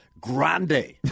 grande